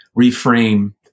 reframe